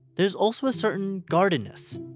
there's also a certain guardedness.